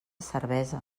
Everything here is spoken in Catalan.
cerveses